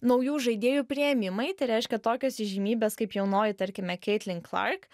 naujų žaidėjų priėmimai tai reiškia tokios įžymybės kaip jaunoji tarkime caitlin clark